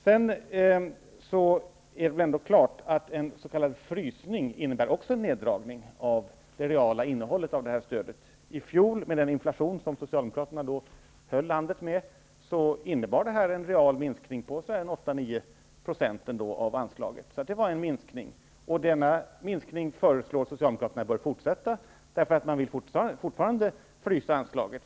Det är väl ändå klart att en s.k. frysning också innebär en neddragning av det reala innehållet i det här stödet. I fjol, med den inflation som Socialdemokraterna höll landet med, innebar det här en real minskning på 8--9 % av anslaget. Denna minskning föreslår Socialdemokraterna bör fortsätta. Man vill fortfarande frysa anslaget.